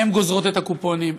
הן גוזרות את הקופונים,